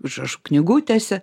užrašų knygutėse